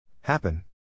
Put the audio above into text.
happen